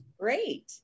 Great